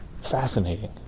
fascinating